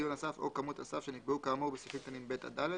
ציון הסף או כמות הסף שנקבעו כאמור בסעיפים קטנים (ב) עד (ד),